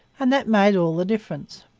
and that made all the difference.